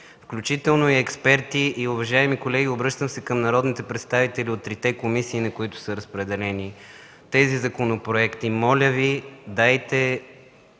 включително и експерти. Уважаеми колеги, обръщам се към народните представители от трите комисии, на които са разпределени тези законопроекти: моля Ви, дайте,